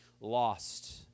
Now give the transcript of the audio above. lost